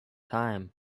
time